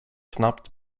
snabbt